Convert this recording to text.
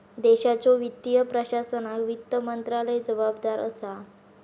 देशाच्यो वित्तीय प्रशासनाक वित्त मंत्रालय जबाबदार असा